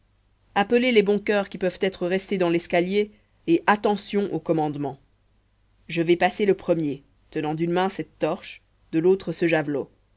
appelez les bons coeurs qui peuvent être restés dans l'escalier et attention au commandement je vais passer le premier tenant d'une main cette torche de l'autre ce javelot